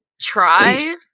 try